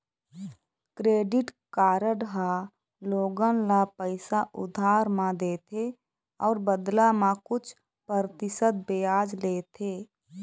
credit card ह लोगन ल पइसा उधार म देथे अउ बदला म कुछ परतिसत बियाज लेथे